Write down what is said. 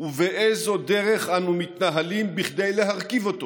ובאיזו דרך אנו מתנהלים כדי להרכיב אותו,